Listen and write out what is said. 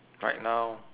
right now